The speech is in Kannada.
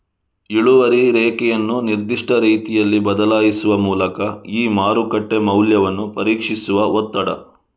ಇಳುವರಿ ರೇಖೆಯನ್ನು ನಿರ್ದಿಷ್ಟ ರೀತಿಯಲ್ಲಿ ಬದಲಾಯಿಸುವ ಮೂಲಕ ಈ ಮಾರುಕಟ್ಟೆ ಮೌಲ್ಯವನ್ನು ಪರೀಕ್ಷಿಸುವ ಒತ್ತಡ